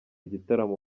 igitaramo